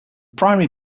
primary